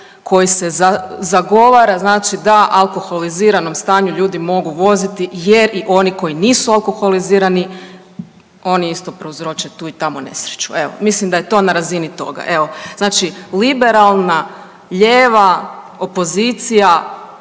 koji se zagovara, znači da u alkoholiziranom stanju ljudi mogu voziti jer i oni koji nisu alkoholizirani oni isto prouzroče tu i tamo nesreću. Evo, mislim da je to na razini toga, evo znači liberalna, lijeva opozicija